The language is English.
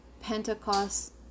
Pentecost